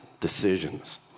decisions